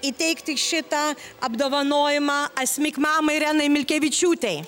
įteikti šitą apdovanojimą asmik mamai irenai milkevičiūtei